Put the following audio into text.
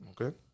Okay